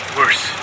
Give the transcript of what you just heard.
worse